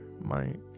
Mike